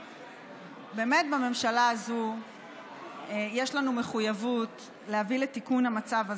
באמת בממשלה הזו יש לנו מחויבות להביא לתיקון המצב הזה,